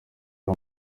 ari